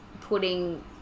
putting